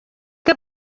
què